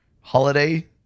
holiday